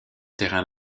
terrain